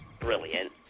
brilliant